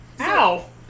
Ow